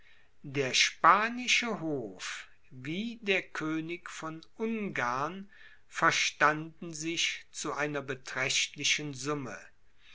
der spanische hof wie der könig von ungarn verstanden sich zu einer beträchtlichen summe